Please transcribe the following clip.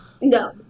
No